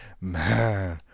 man